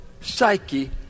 psyche